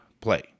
play